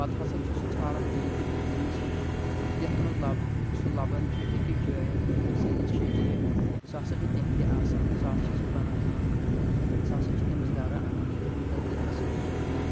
پَتہٕ ہسا چھُ سُہ ژھانٛڈان بیٚیہِ تہِ تٔمۍ سُنٛد رِشتہٕ یتھ منٛز لب سُہ لَبان چھُ أکِس جایَن سُنیل شیٹِی سُہ ہسا چھُ تِہٕنٛدِ آسان سُہ ہسا چھُ بنان تِمن سُہ ہسا چھُ تٔمِس گَرٕ اَنان تٔتی ہسا چھُ سُہ تِمن